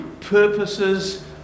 purposes